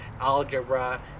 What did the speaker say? algebra